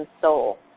soul